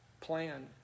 plan